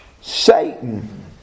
Satan